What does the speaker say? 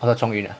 after chong yun ah